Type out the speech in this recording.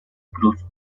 cruz